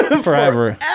forever